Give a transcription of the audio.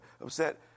upset